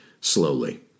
slowly